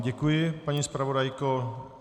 Děkuji vám, paní zpravodajko.